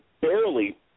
barely